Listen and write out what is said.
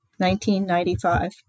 1995